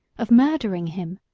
of murdering him.